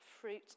fruit